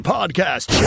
Podcast